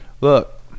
Look